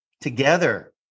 together